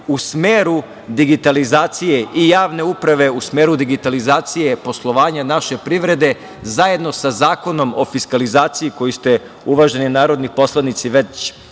u smeru digitalizacije i javne uprave, u smeru digitalizacije poslovanja naše privrede zajedno sa Zakonom o fiskalizaciji koji ste, uvaženi narodni poslanici, već